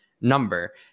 number